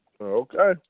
Okay